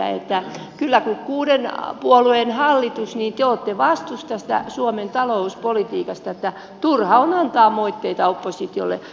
kyllä kun on kuuden puolueen hallitus niin te olette vastuussa tästä suomen talouspolitiikasta niin että turha on antaa moitteita oppositiolle